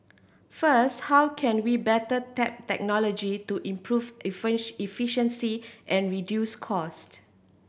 first how can we better tap technology to improve efficiency and reduce cost